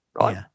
Right